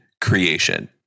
creation